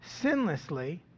sinlessly